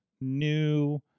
new